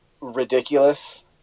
ridiculous